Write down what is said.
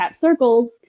circles